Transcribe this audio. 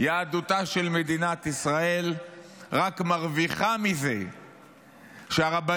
יהדותה של מדינת ישראל רק מרוויחה מזה שהרבנים